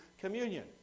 communion